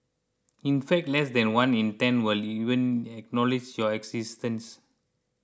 in fact less than one in ten will even acknowledge your existence